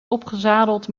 opgezadeld